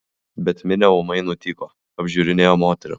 bet minia ūmai nutyko apžiūrinėjo moterį